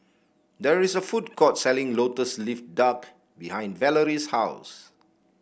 there is a food court selling lotus leaf duck behind Valorie's house